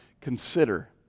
consider